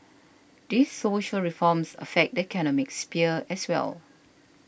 these social reforms affect the economic sphere as well